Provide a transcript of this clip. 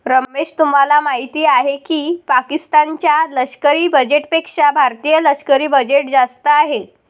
रमेश तुम्हाला माहिती आहे की पाकिस्तान च्या लष्करी बजेटपेक्षा भारतीय लष्करी बजेट जास्त आहे